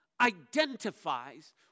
identifies